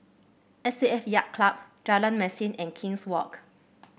S A F Yacht Club Jalan Mesin and King's Walk